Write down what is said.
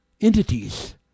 entities